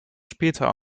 später